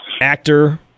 actor